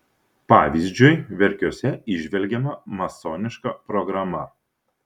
pavyzdžiui verkiuose įžvelgiama masoniška programa